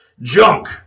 Junk